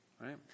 Right